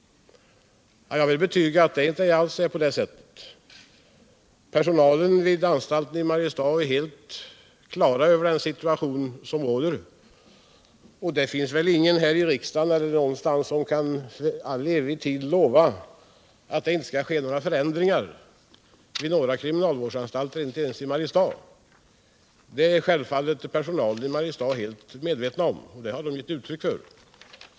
Jag vill betyga att det inte alls är på det sättet. Personalen vid anstalten i Mariestad är helt klar över den situation som råder. Det finns väl ingen här i riksdagen, eller någon annanstans, som kan lova att det för evig tid inte skall ske förändringar vid några kriminalvårdsanstalter, inte ens i Mariestad. Självfallet är personalen i Mariestad medveten om det, och det har man gett uttryck för.